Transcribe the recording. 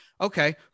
Okay